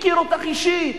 מכיר אותך אישית,